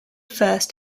first